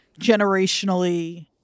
generationally